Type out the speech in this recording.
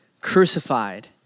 crucified